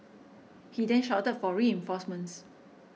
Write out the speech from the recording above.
he then shouted for reinforcements